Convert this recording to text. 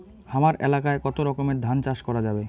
হামার এলাকায় কতো রকমের ধান চাষ করা যাবে?